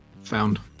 found